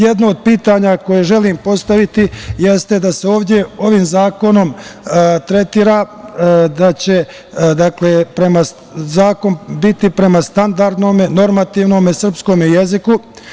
Jedno od pitanja koje želim postaviti jeste da se ovde ovim zakonom tretira da će zakon biti prema standardnom, normativnom srpskom jeziku.